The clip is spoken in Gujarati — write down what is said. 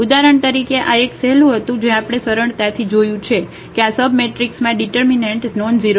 ઉદાહરણ તરીકે આ એક સહેલું હતું જે આપણે સરળતાથી જોયું છે કે આ સબમેટ્રિક્સમાં ડિટર્મિનન્ટ નોનઝીરો છે